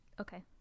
Okay